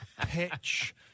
pitch